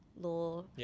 law